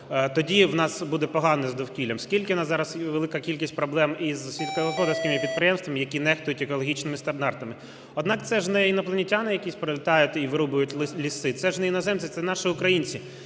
тоді в нас буде погано з довкіллям. Скільки в нас зараз велика кількість проблем із сільськогосподарськими підприємствами, які нехтують екологічними стандартами. Однак це ж не інопланетяни якісь прилітають і вирубують ліси, це ж не іноземці, це наші українці,